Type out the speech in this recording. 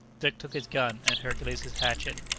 dick took his gun and hercules his hatchet,